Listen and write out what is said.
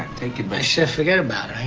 take it by chef forget about it. i